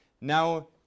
Now